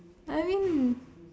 I mean